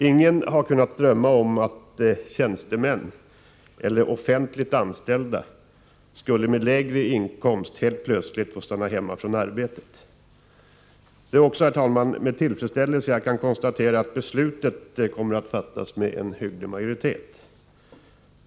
Ingen har kunnat drömma om att tjänstemän eller offentligt anställda helt plötsligt skulle få stanna hemma från arbetet med lägre inkomst. Det är också med tillfredsställelse jag kan konstatera att beslutet kommer att fattas med en hygglig majoritet.